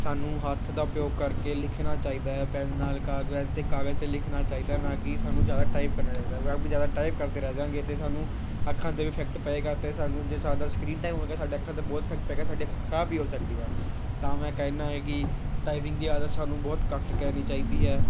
ਸਾਨੂੰ ਹੱਥ ਦਾ ਉਪਯੋਗ ਕਰਕੇ ਲਿਖਣਾ ਚਾਹੀਦਾ ਹੈ ਪੈੱਨ ਨਾਲ ਕਾਗਜ਼ 'ਤੇ ਕਾਗਜ਼ 'ਤੇ ਲਿਖਣਾ ਚਾਹੀਦਾ ਨਾ ਕਿ ਸਾਨੂੰ ਜ਼ਿਆਦਾ ਟਾਈਪ ਕਰਨਾ ਚਾਹੀਦਾ ਬਾਕੀ ਜ਼ਿਆਦਾ ਟਾਈਪ ਕਰਦੇ ਰਹਿ ਜਾਂਗੇ ਅਤੇ ਸਾਨੂੰ ਅੱਖਾਂ 'ਤੇ ਵੀ ਇਫੈਕਟ ਪਏਗਾ ਅਤੇ ਸਾਨੂੰ ਜੇ ਜ਼ਿਆਦਾ ਸਕਰੀਨ ਟਾਈਮ ਹੋ ਗਿਆ ਸਾਡਾ ਅੱਖਾਂ 'ਤੇ ਬਹੁਤ ਇਫੈਕਟ ਪਏਗਾ ਸਾਡੀਆਂ ਅੱਖਾਂ ਖਰਾਬ ਵੀ ਹੋ ਸਕਦੀਆਂ ਤਾਂ ਮੈਂ ਕਹਿੰਦਾ ਏ ਕਿ ਟਾਈਪਿੰਗ ਦੀ ਆਦਤ ਸਾਨੂੰ ਬਹੁਤ ਘੱਟ ਕਰਨੀ ਚਾਹੀਦੀ ਹੈ